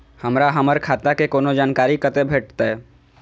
हमरा हमर खाता के कोनो जानकारी कते भेटतै